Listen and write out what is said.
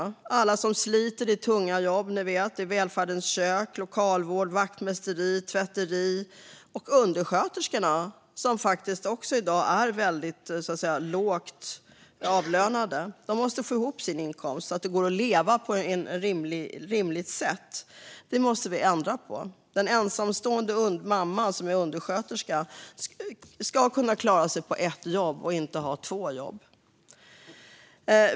Det gäller alla som sliter i tunga jobb i välfärdens kök, lokalvård, vaktmästeri och tvätteri men också undersköterskorna, som faktiskt i dag är lågt avlönade. De måste få ihop till en inkomst så att det går att leva på ett rimligt sätt. Det måste vi ändra på. Den ensamstående mamman som är undersköterska ska kunna klara sig på ett jobb och inte behöva ha två jobb.